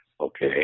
Okay